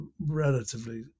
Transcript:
relatively